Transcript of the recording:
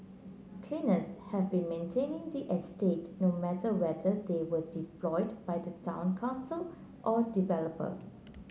cleaners have been maintaining the estate no matter whether they were deployed by the town council or developer